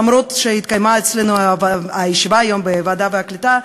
אף שהתקיימה היום ישיבה אצלנו בוועדת העלייה והקליטה,